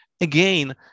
again